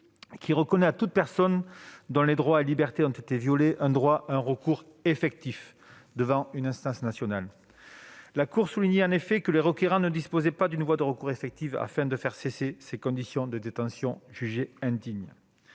qui reconnaît à toute personne dont les droits et libertés ont été violés un droit à un recours effectif devant une instance nationale. La Cour souligne en effet que les requérants ne disposent pas d'une voie de recours effective afin de faire cesser ces conditions de détention jugées indignes.